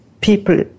people